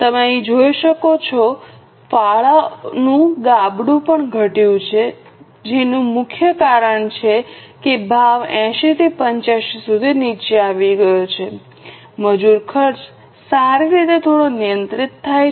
તમે અહીં જોઈ શકો છો ફાળોનું ગાબડું પણ ઘટ્યું છે જેનું મુખ્ય કારણ છે કે ભાવ 80 થી 75 સુધી નીચે આવી ગયો છે મજૂર ખર્ચ સારી રીતે થોડો નિયંત્રિત થાય છે